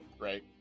Right